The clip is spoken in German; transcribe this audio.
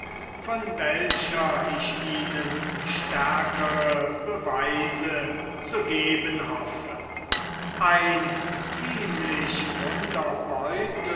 von welcher ich ihnen stärkere beweise zu geben hoffe ein ziemlich